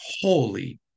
Holy